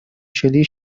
چلی